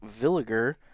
Villiger